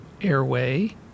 airway